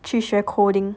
去学 coding